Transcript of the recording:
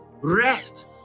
Rest